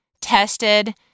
tested